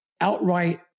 outright